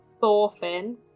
Thorfinn